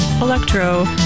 Electro